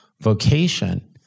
vocation